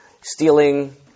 stealing